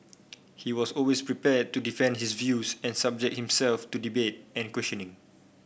he was always prepared to defend his views and subject himself to debate and questioning